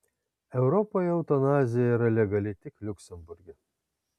europoje eutanazija yra legali tik liuksemburge